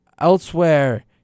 Elsewhere